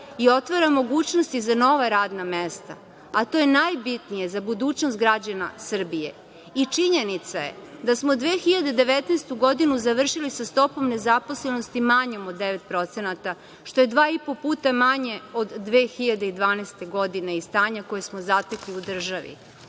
i otvarati mogućnosti za nova radna mesta, a to je najbitnije za budućnost građana Srbije. Činjenica je da smo 2019. godinu završili sa stopom nezaposlenosti manjom od 9%, što je dva i po puta manje od 2012. godine i stanja koje smo zatekli u državi.